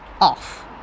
off